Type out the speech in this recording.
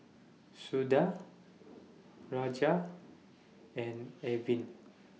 Suda Rajat and Arvind